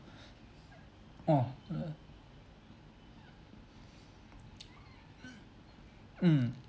oh uh mm